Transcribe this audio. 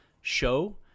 show